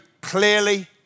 clearly